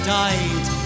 died